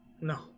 No